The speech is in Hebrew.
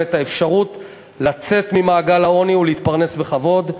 את האפשרות לצאת ממעגל העוני ולהתפרנס בכבוד.